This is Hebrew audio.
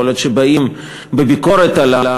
יכול להיות שבאים בביקורת על,